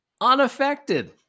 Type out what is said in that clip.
unaffected